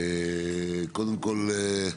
קודם כול,